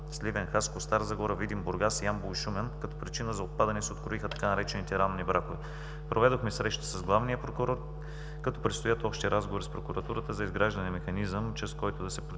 Сливен, Хасково, Стара Загора, Видин, Бургас, Ямбол и Шумен, като причина за отпадане се откроиха така наречените „ранни бракове“. Проведохме срещи с главния прокурор, като предстоят още разговори с прокуратурата за изграждане на механизъм, чрез който да се